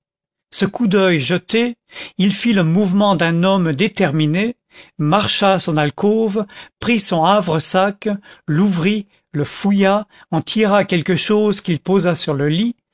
ce coup d'oeil jeté il fit le mouvement d'un homme déterminé marcha à son alcôve prit son havresac l'ouvrit le fouilla en tira quelque chose qu'il posa sur le lit